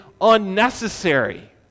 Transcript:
unnecessary